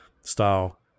style